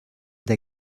der